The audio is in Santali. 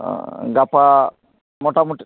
ᱜᱟᱯᱟ ᱢᱚᱴᱟᱢᱩᱴᱤ